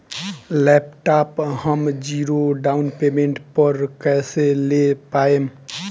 Laptop हम zero down payment पर कैसे ले पाएम?